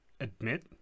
admit